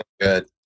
good